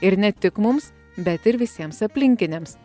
ir ne tik mums bet ir visiems aplinkiniams